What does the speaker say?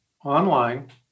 online